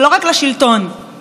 שזאת מחויבות חשובה יותר.